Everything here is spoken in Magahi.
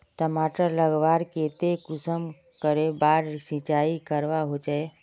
टमाटर उगवार केते कुंसम करे बार सिंचाई करवा होचए?